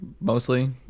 mostly